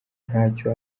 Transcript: ntacyo